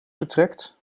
vertrekt